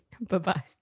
Bye-bye